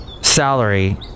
salary